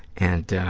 and